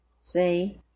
See